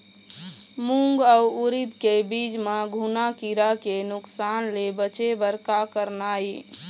मूंग अउ उरीद के बीज म घुना किरा के नुकसान ले बचे बर का करना ये?